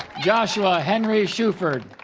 joshua henry shuford